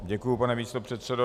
Děkuji, pane místopředsedo.